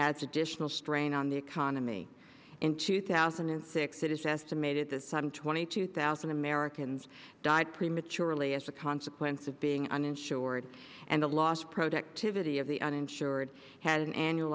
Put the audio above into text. additional strain on the economy in two thousand and six it is estimated this sudden twenty two thousand americans died prematurely as a consequence of being uninsured and the lost productivity of the uninsured had an annual